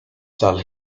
dal